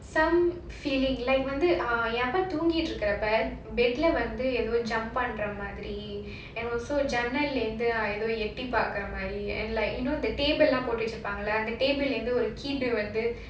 some feeling like வந்து எங்க அப்பா தூங்கிட்டு இருக்கிறப்ப:andhu enga appa thoongitu irukruppa bed lah வந்து ஏதோ:vandhu edho jump பண்ற மாதிரி:jump pandra maadhiri and also ஜன்னல இருந்து எட்டி பாக்கற மாதிரி:jannala irundhu eti paakara maadhiri and like you know the table leh போட்டு வெச்சுருப்பாங்களே:pottu vechurupaanglae the table இருந்து ஒரு:irunthu oru gap வந்து:vandhu